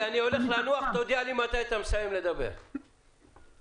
מה שאני מבקש